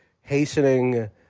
hastening